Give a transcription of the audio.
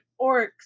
orcs